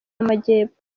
y’amajyepfo